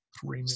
three